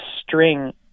string